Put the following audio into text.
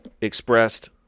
expressed